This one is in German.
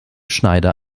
schneider